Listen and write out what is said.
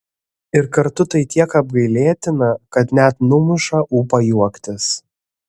ir kartu tai tiek apgailėtina kad net numuša ūpą juoktis